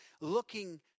looking